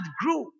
grew